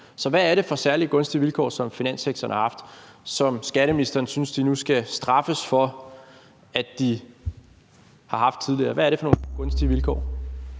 Så hvad er det for særligt gunstige vilkår, som finanssektoren har haft, som skatteministeren synes de nu skal straffes for at have haft tidligere? Hvad er det for nogle gunstige vilkår?